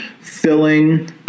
filling